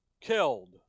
killed